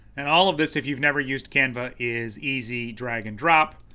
and all of this, if you've never used canva, is easy drag and drop,